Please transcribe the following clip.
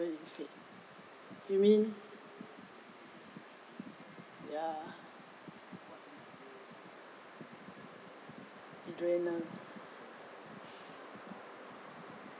you mean ya